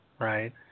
right